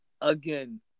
Again